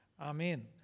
Amen